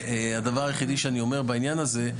הדבר היחידי שאני אומר בעניין הזה,